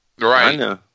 Right